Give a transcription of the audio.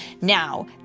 Now